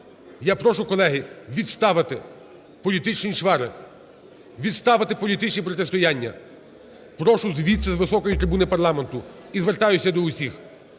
Я прошу колеги, відставити політичні чвари, відставити політичні протистояння. Прошу звідси, з високої трибуни парламенту і звертаюсь до всіх.